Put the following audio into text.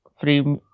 free